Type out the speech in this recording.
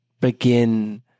begin